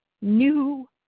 new